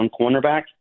cornerback